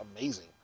amazing